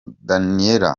daniel